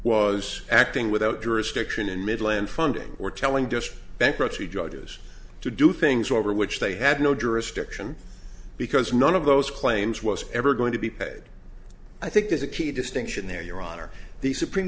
was acting without jurisdiction in midland funding or telling just bankruptcy judges to do things over which they had no jurisdiction because none of those claims was ever going to be paid i think there's a key distinction there your honor the supreme